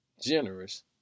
generous